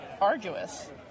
arduous